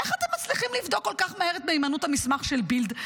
איך אתם מצליחים לבדוק כל כך מהר את מהימנות המסמך של "בילד"?